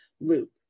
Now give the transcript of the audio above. loop